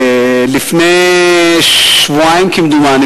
לפני שבועיים כמדומני,